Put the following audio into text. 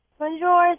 Bonjour